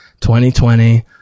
2020